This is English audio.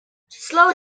slow